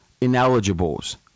ineligibles